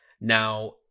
Now